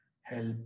help